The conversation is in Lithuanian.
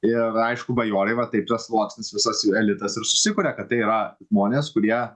ir aišku bajorai va taip tas sluoksnis visas elitas ir susikuria kad tai yra žmonės kurie